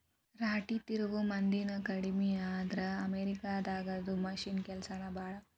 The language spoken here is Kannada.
ರಾಟಿ ತಿರುವು ಮಂದಿನು ಕಡಮಿ ಆದ್ರ ಅಮೇರಿಕಾ ದಾಗದು ಮಿಷನ್ ಕೆಲಸಾನ ಭಾಳ